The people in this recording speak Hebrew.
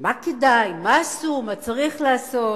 מה כדאי, מה עשו, מה צריך לעשות,